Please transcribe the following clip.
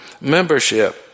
Membership